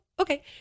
Okay